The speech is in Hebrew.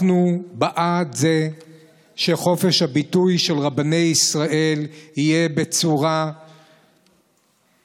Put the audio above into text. אנחנו בעד זה שחופש הביטוי של רבני ישראל יהיה בצורה מכובדת,